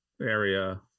area